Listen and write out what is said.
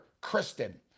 Kristen